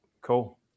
Cool